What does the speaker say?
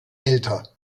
älter